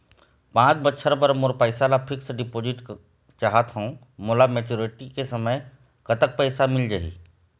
पांच बछर बर मोर पैसा ला फिक्स डिपोजिट चाहत हंव, मोला मैच्योरिटी के समय कतेक पैसा मिल ही?